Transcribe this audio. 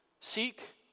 Seek